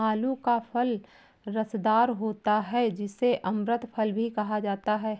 आलू का फल रसदार होता है जिसे अमृत फल भी कहा जाता है